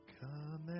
Come